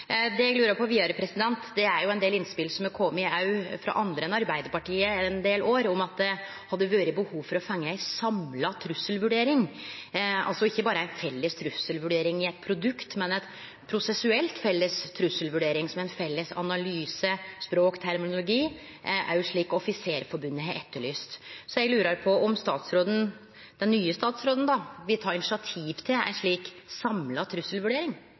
Det har kome ein del innspel også frå andre enn Arbeidarpartiet i ein del år om at det hadde vore behov for å få ei samla trusselvurdering, altså ikkje berre ei felles trusselvurdering i eit produkt, men ei prosessuelt felles trusselvurdering, som ein felles analyse, språk, terminologi, slik også Offisersforbundet har etterlyst. Så eg lurer på om statsråden – den nye statsråden – vil ta initiativ til ei slik samla trusselvurdering.